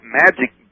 magic